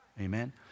Amen